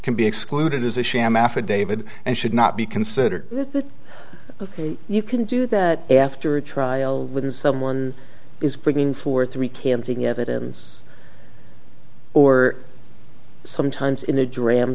can be excluded as a sham affidavit and should not be considered if you can do that after a trial when someone is bringing forth three canting evidence or sometimes in a dram